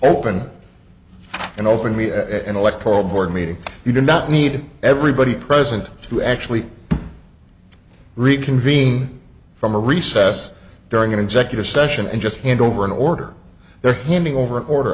open and open an electoral board meeting you do not need everybody present to actually reconvene from a recess during an executive session and just hand over an order their handing over order